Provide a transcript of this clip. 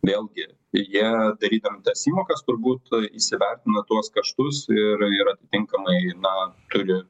vėlgi jie darydami tas įmokas turbūt įsivertina tuos kaštus ir ir atitinkamai na turi